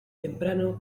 temprano